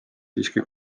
siiski